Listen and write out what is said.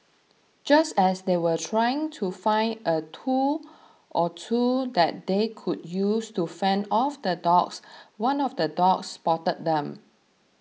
just as they were trying to find a tool or two that they could use to fend off the dogs one of the dogs spotted them